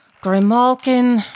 Grimalkin